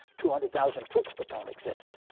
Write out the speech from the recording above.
two hundred thousand troops that don't exist,